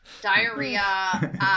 diarrhea